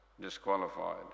Disqualified